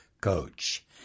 Coach